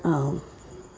आम्